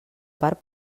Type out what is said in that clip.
part